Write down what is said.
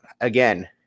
again